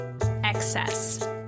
excess